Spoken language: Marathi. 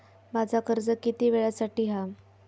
माझा कर्ज किती वेळासाठी हा?